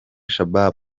shabaab